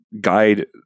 guide